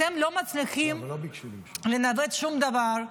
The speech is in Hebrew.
אתם לא מצליחים לנווט שום דבר.